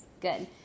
Good